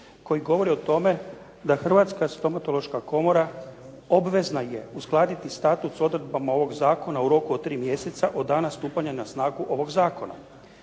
koji govori o tome da Hrvatska stomatološka komora obvezna je uskladiti status odredbama ovog zakona u roku od 3 mjeseca od dana stupanja na snagu ovog zakona.